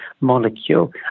molecule